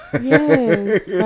yes